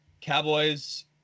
Cowboys